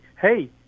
hey